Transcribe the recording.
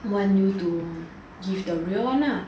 want you to give the real one nah